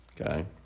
Okay